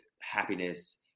happiness